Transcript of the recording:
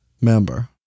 member